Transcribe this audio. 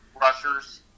rushers